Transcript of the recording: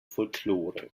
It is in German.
folklore